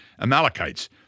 Amalekites